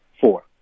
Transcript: Four